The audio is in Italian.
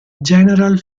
general